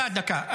דקה, דקה.